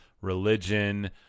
religion